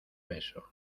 beso